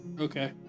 Okay